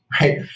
right